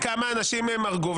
לפי כמה אנשים הם הרגו,